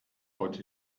heute